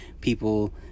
people